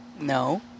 No